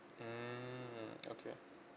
mmhmm okay